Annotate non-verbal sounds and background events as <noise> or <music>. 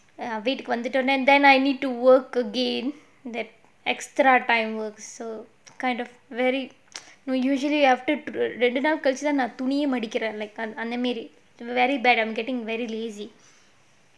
வீட்டுக்கு வந்துட்டேனா:veetukku vandhuttaenaa and then I need to work again that extra time works so kind of very <noise> no usually after ரெண்டு நாள் கழிச்சுத்தான் நான் துணியே மடிக்கிறேன்:rendu naal kalichuthaan naan thaniyaa madikkuraen like அந்த மாதிரி:andha maadhiri very bad I'm getting very lazy